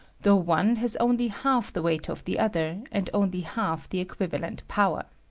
though one has only half the weight of the other, and only half the equiv alent power.